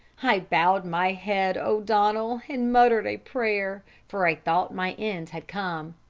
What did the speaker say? i bowed my head, o'donnell, and muttered a prayer, for i thought my end had come.